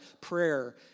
prayer